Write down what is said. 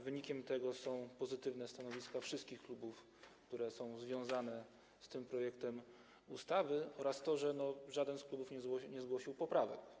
Wynikiem tego są pozytywne stanowiska wszystkich klubów, które są związane z tym projektem ustawy, oraz to, że żaden z klubów nie zgłosił poprawek.